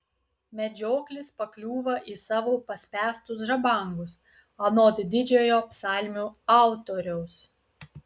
medžioklis pakliūva į savo paspęstus žabangus anot didžiojo psalmių autoriaus